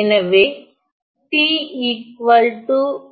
எனவே t 0 எனலாம்